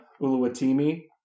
Uluwatimi